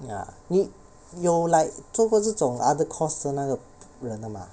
ya 你有 like 做过这种 other course 的那个人的 mah